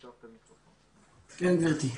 כן, גברתי.